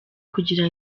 kugira